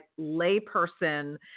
layperson